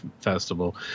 festival